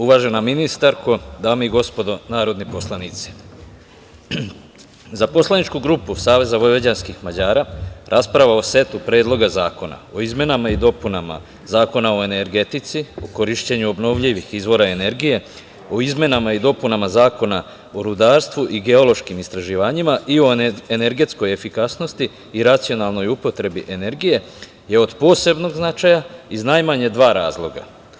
Uvažena ministarko, dame i gospodo narodni poslanici, za poslaničku grupu SVM rasprava o setu predloga zakona o izmenama i dopunama Zakona o energetici, o korišćenju obnovljivih izvora energije, o izmenama i dopunama Zakona o rudarstvu i geološkim istraživanjima i o energetskoj efikasnosti i racionalnoj upotrebi energije, je od posebnog značaja iz najmanje dva razloga.